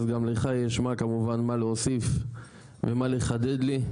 אז גם לך יש כמובן מה להוסיף ומה לחדד לי,